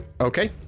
Okay